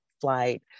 flight